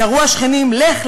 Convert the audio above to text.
קראו השכנים: לך,